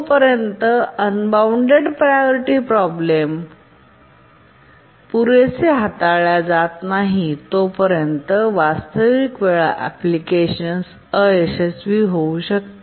जोपर्यंत unbounded priority problem priority inversion पुरेसे हाताळल्या जात नाही तोपर्यंत वास्तविक वेळ एप्लीकेशन्स अयशस्वी होऊ शकतो